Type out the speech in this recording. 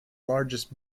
largest